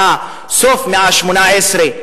סוף המאה ה-18,